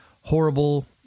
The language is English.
horrible